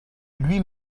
lui